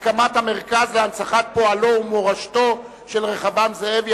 הקמת המרכז להנצחת פועלו ומורשתו של רחבעם זאבי),